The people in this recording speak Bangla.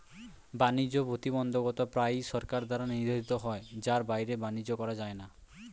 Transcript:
বাণিজ্য প্রতিবন্ধকতা প্রায়ই সরকার দ্বারা নির্ধারিত হয় যার বাইরে বাণিজ্য করা যায় না